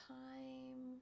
time